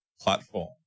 platform